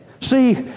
See